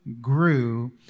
grew